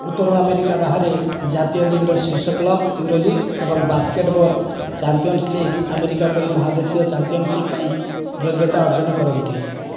ଉତ୍ତର ଆମେରିକା ବାହାରେ ଜାତୀୟ ଲିଗ୍ର ଶୀର୍ଷ କ୍ଲବ୍ ୟୁରୋଲିଗ୍ ଏବଂ ବାସ୍କେଟବଲ୍ ଚାମ୍ପିଅନ୍ସ ଲିଗ୍ ଆମେରିକା ପରି ମହାଦେଶୀୟ ଚାମ୍ପିଅନସିପ୍ ପାଇଁ ଯୋଗ୍ୟତା ଅର୍ଜନ କରନ୍ତି